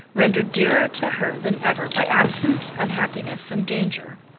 rendered dearer to her than ever by absence, unhappiness, and danger.